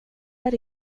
där